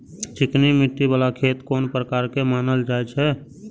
चिकनी मिट्टी बाला खेत कोन प्रकार के मानल जाय छै?